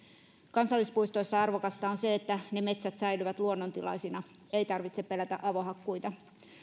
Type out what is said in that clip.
kansallispuistoissa arvokasta on se että ne metsät säilyvät luonnontilaisina eikä tarvitse pelätä avohakkuita